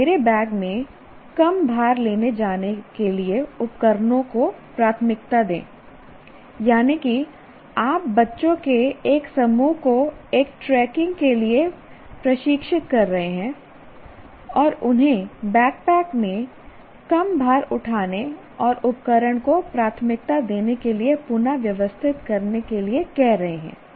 या मेरे बैग में कम भार ले जाने के लिए उपकरणों को प्राथमिकता दें यानी कि आप बच्चों के एक समूह को एक ट्रैकिंग के लिए प्रशिक्षित कर रहे हैं और उन्हें बैकपैक में कम भार उठाने और उपकरण को प्राथमिकता देने के लिए पुन व्यवस्थित करने के लिए कह रहे हैं